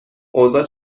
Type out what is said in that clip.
اوضاع